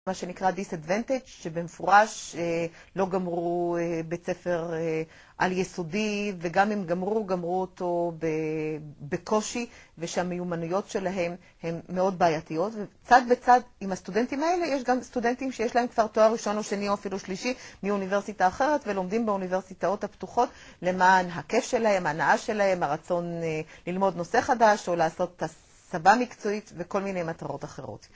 מה שנקרא Disadvantage, שבמפורש לא גמרו בית ספר על יסודי וגם אם גמרו, גמרו אותו בקושי, ושהמיומנויות שלהם הן מאוד בעייתיות. וצד בצד עם הסטודנטים האלה, יש גם סטודנטים שיש להם כבר תואר ראשון או שני או אפילו שלישי מאוניברסיטה אחרת ולומדים באוניברסיטאות הפתוחות למען הכיף שלהם, ההנאה שלהם, הרצון ללמוד נושא חדש או לעשות הסבה מקצועית וכל מיני מטרות אחרות.